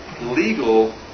legal